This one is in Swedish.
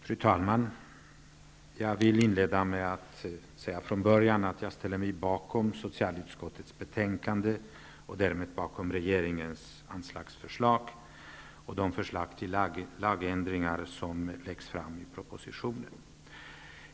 Fru talman! Jag vill inleda med att säga att jag ställer mig bakom socialutskottets betänkande och därmed bakom regeringens anslagsförslag och de förslag till lagändringar som läggs fram i propositionen.